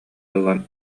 ылан